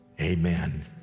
Amen